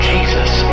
Jesus